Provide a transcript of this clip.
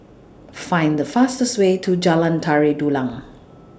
Find The fastest Way to Jalan Tari Dulang